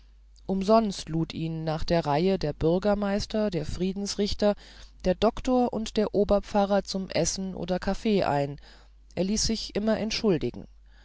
umsonst lud ihn nach der reihe der bürgermeister der friedensrichter der doktor und der oberpfarrer zum essen oder kaffee ein er ließ sich immer entschuldigen